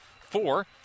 four